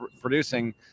producing